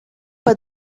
pas